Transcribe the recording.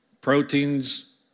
proteins